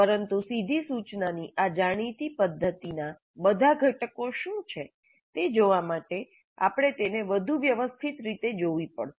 પરંતુ સીધી સૂચનાની આ જાણીતી પદ્ધતિના બધા ઘટકો શું છે તે જોવા માટે આપણે તેને વધુ વ્યવસ્થિત રીતે જોવી પડશે